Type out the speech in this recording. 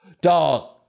dog